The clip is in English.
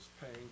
paying